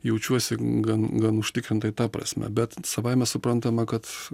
jaučiuosi gan gan užtikrintai ta prasme bet savaime suprantama kad